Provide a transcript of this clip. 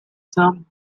some